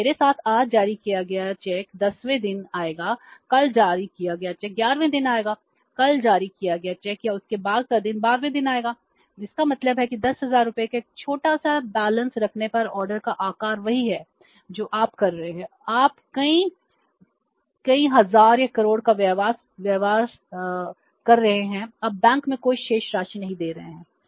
तो मेरे साथ आज जारी किया गया चेक 10 वें दिन आएगा कल जारी किया गया चेक 11 वें दिन आएगा कल जारी किया गया चेक या उसके बाद का दिन 12 वें दिन आएगा जिसका मतलब है कि 10000 रुपये का एक छोटा सा बैलेंस रखने पर ऑर्डर का आकार वही है जो आप कर रहे हैं आप कई 1000 या कोर का व्यवसाय कर रहे हैं आप बैंक में कोई शेष राशि नहीं दे रहे हैं